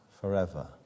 forever